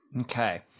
Okay